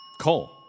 Cole